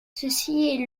ceci